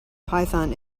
python